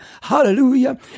Hallelujah